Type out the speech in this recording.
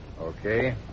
Okay